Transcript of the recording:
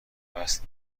مست